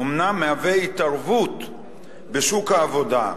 אומנם מהווה התערבות בשוק העבודה,